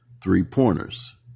three-pointers